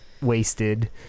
wasted